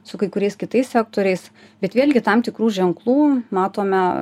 su kai kuriais kitais sektoriais bet vėlgi tam tikrų ženklų matome